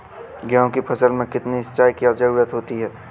गेहूँ की फसल में कितनी सिंचाई की जरूरत होती है?